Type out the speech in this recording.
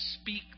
speak